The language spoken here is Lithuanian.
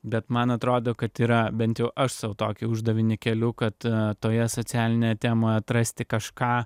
bet man atrodo kad yra bent jau aš sau tokį uždavinį keliu kad toje socialinėje temoje atrasti kažką